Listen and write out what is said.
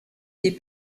des